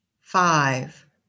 five